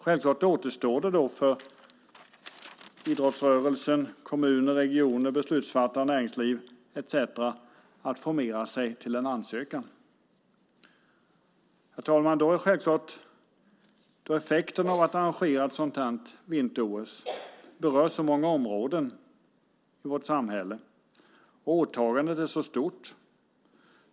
Självklart återstår det då för idrottsrörelsen, kommuner, regioner, beslutsfattare, näringsliv etcetera att formera sig till en ansökan. Herr talman! Effekten av att arrangera ett sådant vinter-OS berör så många områden i vårt samhälle. Åtagandet är så stort.